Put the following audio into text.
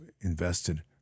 invested